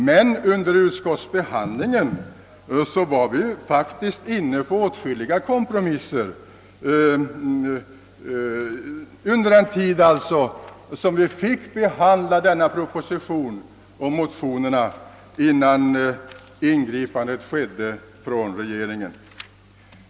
Men vid utskottsbehandlingen var vi faktiskt inne på åtskilliga kompromisser under den tid då propositionen och motionerna fick behandlas, d. v. s. innan regeringens ingripande skedde.